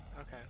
Okay